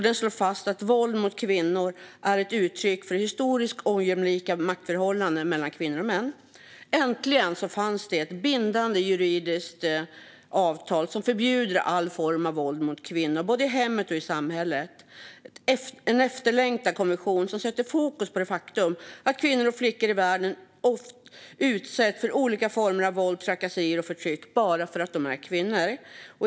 Den slår fast att våld mot kvinnor är ett uttryck för historiskt ojämlika maktförhållanden mellan kvinnor och män. Äntligen fanns det ett juridiskt bindande avtal som förbjuder alla former av våld mot kvinnor både i hemmet och i samhället - en efterlängtad konvention som sätter fokus på det faktum att kvinnor och flickor i världen ofta utsätts för olika former av våld, trakasserier och förtryck bara för att de är kvinnor.